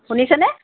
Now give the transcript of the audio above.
শুনিছেনে